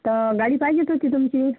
तर गाडी पाहिजेच होती तुमची